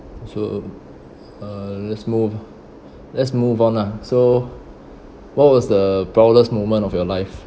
so uh let's move let's move on ah so what was the proudest moment of your life